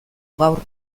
gaur